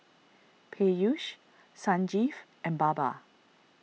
Peyush Sanjeev and Baba